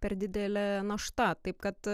per didelė našta taip kad